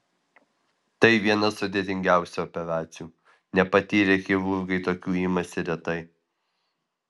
tai viena sudėtingiausių operacijų nepatyrę chirurgai tokių imasi retai